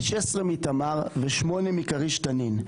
ל-15 מתמר ו-8 מכריש-תנין.